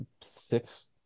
six